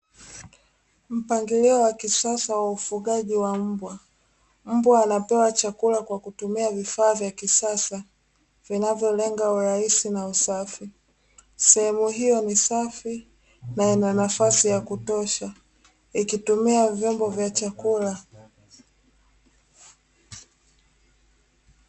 Mpangilio wa kisasa wa ufugaji wa mbwa. Mbwa anapewa chakula kwa kutumia vifaa vya kisasa vinavyolenga urahisi na usafi. Sehemu hiyo ni safi na ina nafasi ya kutosha, ikitumia vyombo vya chakula.